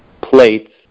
plates